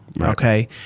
okay